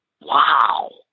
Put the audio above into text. wow